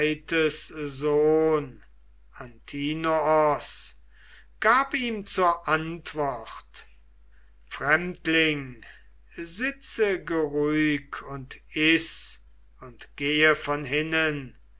sohn antinoos gab ihm zur antwort fremdling sitze geruhig und iß oder gehe von hinnen